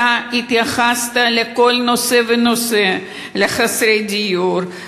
אתה התייחסת לכל נושא ונושא: לחסרי דיור,